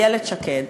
איילת שקד,